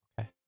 Okay